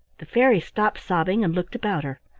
the fairy stopped sobbing and looked about her.